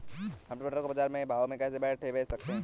हम टमाटर को बाजार भाव में घर बैठे कैसे बेच सकते हैं?